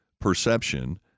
perception